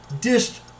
dished